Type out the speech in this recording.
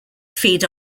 feed